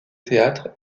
théâtre